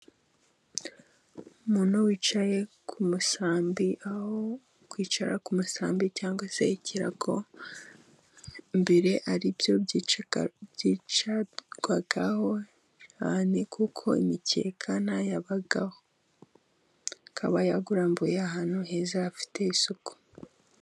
Umuntu wicaye ku musambi, aho kwicara ku musambi cyangwa se ikirago mbere ari byo byicarwagaho cyane, kuko imikeka ntayabagaho akaba yawurambuye ahantu heza hafite isuku.